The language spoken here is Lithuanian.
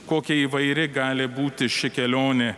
kokia įvairi gali būti ši kelionė